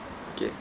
K